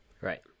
Right